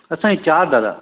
असांजी चारि दादा